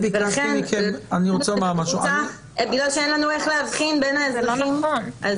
אין לנו איך להבחין בין האזרחים, אז